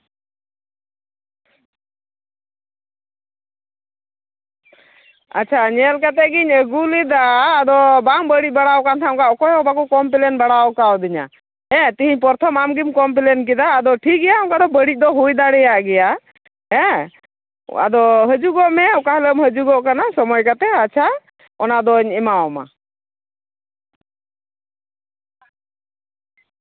ᱟᱪᱪᱷᱟ ᱧᱮᱞ ᱠᱟᱛᱮᱜᱮᱧ ᱟᱹᱜᱩ ᱞᱮᱫᱟ ᱟᱫᱚ ᱵᱟᱝ ᱵᱟᱹᱲᱤᱡ ᱵᱟᱲᱟᱣ ᱠᱟᱱ ᱛᱟᱦᱮᱸᱫ ᱚᱱᱠᱟ ᱚᱠᱚᱭ ᱦᱚᱸ ᱵᱟᱠᱚ ᱠᱚᱢᱯᱞᱮᱱᱴ ᱵᱟᱲᱟᱣ ᱠᱟᱣᱫᱤᱧᱟ ᱦᱮᱸ ᱛᱮᱦᱮᱧ ᱯᱚᱨᱛᱷᱚᱢ ᱟᱢᱜᱮᱢ ᱠᱚᱢᱯᱞᱮᱱᱴ ᱠᱮᱫᱟ ᱟᱫᱚ ᱴᱷᱤᱠᱜᱮᱭᱟ ᱚᱱᱠᱟ ᱫᱚ ᱵᱟᱹᱲᱤᱡ ᱫᱚ ᱦᱩᱭ ᱫᱟᱲᱮᱭᱟᱜ ᱜᱮᱭᱟ ᱦᱮᱸ ᱟᱫᱚ ᱦᱟᱹᱡᱩᱜᱚᱜ ᱢᱮ ᱚᱠᱟ ᱦᱤᱞᱳᱜ ᱮᱢ ᱦᱟᱹᱡᱩᱜᱚᱜ ᱠᱟᱱᱟ ᱥᱚᱢᱚᱭ ᱠᱟᱛᱮ ᱟᱪᱪᱷᱟ ᱚᱱᱟ ᱫᱚᱧ ᱮᱢᱟᱣᱟᱢᱟ